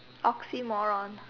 oxymoron